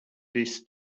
this